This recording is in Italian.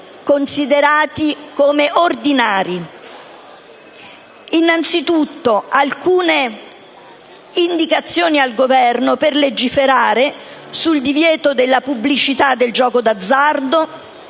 considerati come ordinari. Vi sono, innanzitutto, alcune indicazioni al Governo per legiferare sul divieto della pubblicità del gioco d'azzardo,